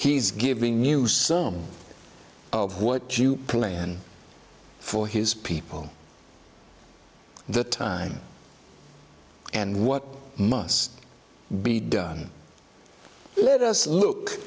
he's giving new some of what you plan for his people the time and what must be done let us look